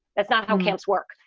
that's not how camps work.